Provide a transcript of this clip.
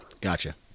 Gotcha